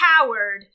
coward